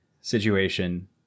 situation